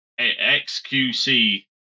XQC